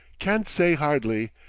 can't say, hardly.